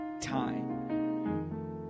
time